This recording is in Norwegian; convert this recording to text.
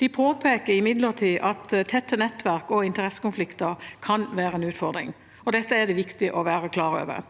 De påpeker imidlertid at tette nettverk og interessekonflikter kan være en utfordring. Dette er det viktig å være klar over.